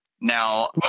Now